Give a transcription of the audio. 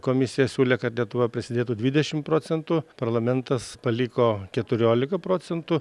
komisija siūlė kad lietuva prisidėtų dvidešim procentų parlamentas paliko keturiolika procentų